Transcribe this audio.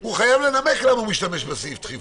הוא חייב לנמק למה הוא משתמש בסעיף דחיפות.